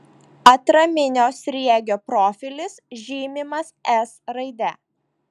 atraminio sriegio profilis žymimas s raide